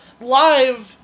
Live